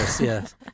Yes